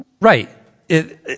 Right